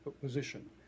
position